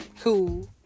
cool